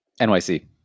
NYC